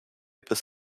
bis